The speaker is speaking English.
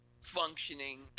functioning